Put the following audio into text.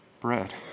bread